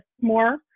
more